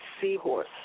Seahorse